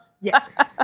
Yes